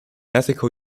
ethical